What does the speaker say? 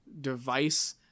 device